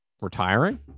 retiring